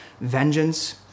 vengeance